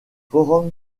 forum